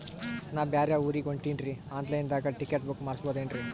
ನಾ ಬ್ಯಾರೆ ಊರಿಗೆ ಹೊಂಟಿನ್ರಿ ಆನ್ ಲೈನ್ ದಾಗ ಟಿಕೆಟ ಬುಕ್ಕ ಮಾಡಸ್ಬೋದೇನ್ರಿ?